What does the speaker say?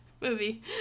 movie